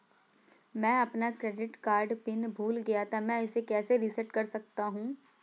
मैं अपना credit card pin भूल गया था मैं इसे कैसे रीसेट कर सकता हूँ?